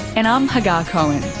and i'm hagar cohen